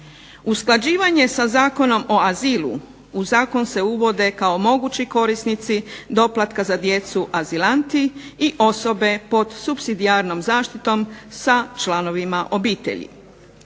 Usklađivanje sa Zakonom o azilu, u zakon se uvode kao mogući korisnici doplatka za djecu azilanti i osobe pod supsidijarnom zaštitom sa članovima obitelji.